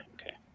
okay